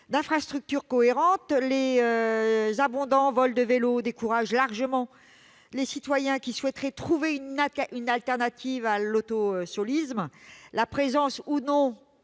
d'infrastructures cohérent. Les nombreux vols de vélo découragent largement les citoyens qui souhaiteraient trouver une alternative à l'automobile. La présence